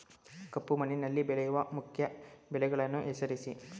ಕಪ್ಪು ಮಣ್ಣಿನಲ್ಲಿ ಬೆಳೆಯುವ ಮುಖ್ಯ ಬೆಳೆಗಳನ್ನು ಹೆಸರಿಸಿ